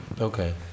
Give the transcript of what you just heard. Okay